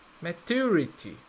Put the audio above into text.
maturity